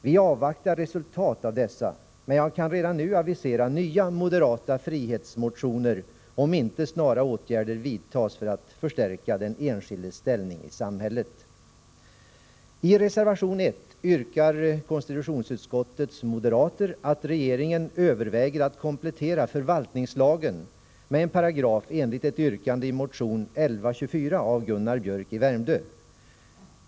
Vi avvaktar resultatet av dessa, men jag kan redan nu avisera nya moderata frihetsmotio ner om inte snara åtgärder vidtas för att förstärka den enskildes ställning i samhället. I reservation 1 yrkar konstitutionsutskottets moderater att regeringen överväger att komplettera förvaltningslagen med en paragraf enligt ett yrkande i motion 1124 av Gunnar Biörck i Värmdö.